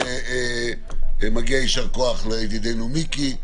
ומגיע יישר כוח לידידנו מיקי,